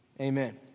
amen